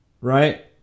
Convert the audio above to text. right